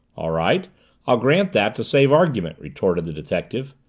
all right i'll grant that to save argument, retorted the detective.